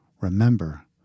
Remember